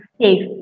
safe